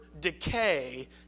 decay